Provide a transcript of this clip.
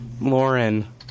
Lauren